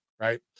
Right